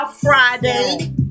Friday